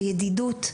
וידידות,